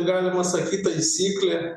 galima sakyt taisyklė